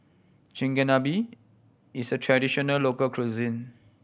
Chigenabe is a traditional local cuisine